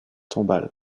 tombales